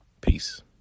Peace